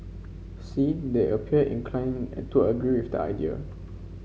see they appear inclined to agree with the idea